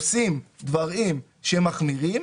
עושים דברים שהם מחמירים.